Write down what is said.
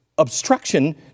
Obstruction